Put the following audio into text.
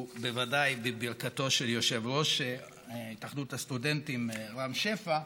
ובוודאי בברכתו של יושב-ראש התאחדות הסטודנטים רם שפע,